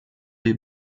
les